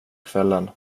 kvällen